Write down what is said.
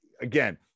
Again